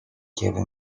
kevin